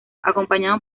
acompañado